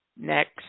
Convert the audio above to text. next